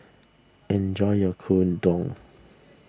enjoy your Gyudon